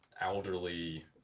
elderly